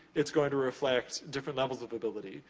it's going to reflect different levels of ability.